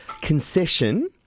Concession